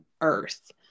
earth